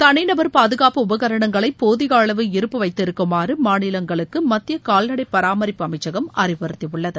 தளிநபர் பாதுகாப்பு உபகரணங்களை போதிய அளவு இருப்பு வைத்திருக்குமாறு மாநிலங்களுக்கு மத்திய கால்நடை பராமரிப்பு அமைச்சகம் அறிவுறுத்தியுள்ளது